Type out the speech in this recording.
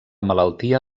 malaltia